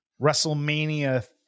WrestleMania